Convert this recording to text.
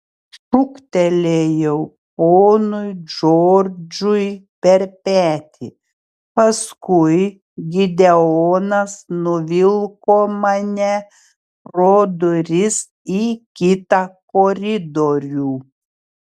šūktelėjau ponui džordžui per petį paskui gideonas nuvilko mane pro duris į kitą koridorių